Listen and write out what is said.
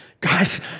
Guys